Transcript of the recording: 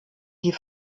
die